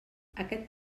aquest